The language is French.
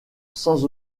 sans